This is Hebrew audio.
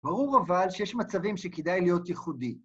ברור אבל שיש מצבים שכדאי להיות ייחודי.